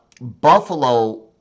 Buffalo